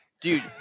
Dude